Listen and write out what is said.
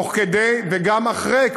תוך כדי וגם אחרי,